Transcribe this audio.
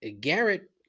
Garrett